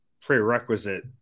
prerequisite